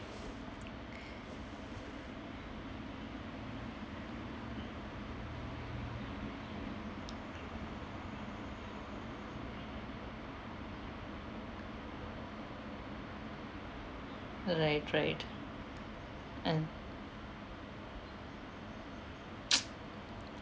right right and